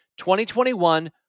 2021